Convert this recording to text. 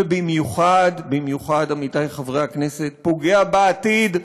ובמיוחד במיוחד, עמיתי חברי הכנסת, פוגע בעתיד,